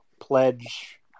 pledge